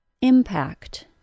impact